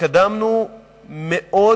התקדמנו מאוד,